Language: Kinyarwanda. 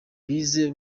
bize